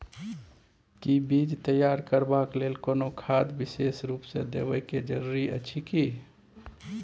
कि बीज तैयार करबाक लेल कोनो खाद विशेष रूप स देबै के जरूरी अछि की?